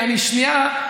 שנייה,